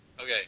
Okay